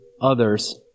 others